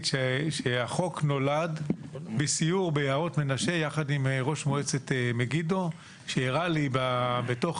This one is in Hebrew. החוק נולד בסיור ביערות מנשה יחד עם ראש מועצת מגידו שהראה לי בתוך